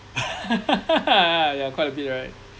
yeah quite a bit right